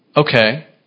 Okay